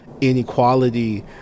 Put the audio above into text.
inequality